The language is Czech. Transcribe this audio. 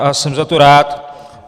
A jsem za to rád.